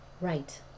Right